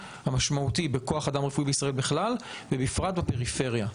המשמעותי בכוח אדם רפואי בישראל בכלל ובפריפריה בפרט,